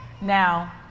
Now